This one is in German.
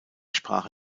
sprache